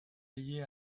liée